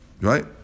Right